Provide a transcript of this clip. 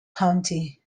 county